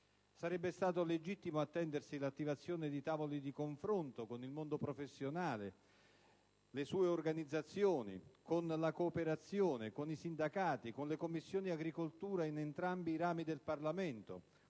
Sarebbe stato legittimo attendersi l'attivazione di tavoli di confronto con il mondo professionale, con le sue organizzazioni, con la cooperazione, i sindacati, con le Commissioni agricoltura in entrambi i rami del Parlamento,